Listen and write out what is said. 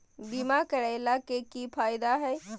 बीमा करैला के की फायदा है?